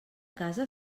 casa